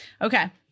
okay